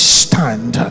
stand